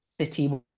city